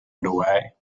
underway